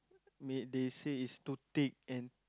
may they say is too thick and